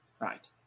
Right